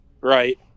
Right